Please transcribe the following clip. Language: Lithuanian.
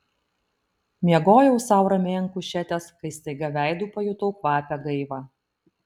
miegojau sau ramiai ant kušetės kai staiga veidu pajutau kvapią gaivą